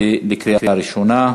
בקריאה ראשונה.